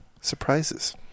surprises